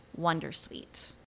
wondersuite